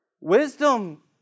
wisdom